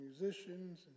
musicians